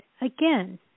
Again